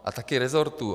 A také rezortů.